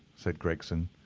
said gregson.